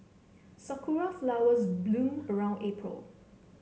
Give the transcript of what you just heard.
sakura flowers bloom around April